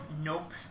Nope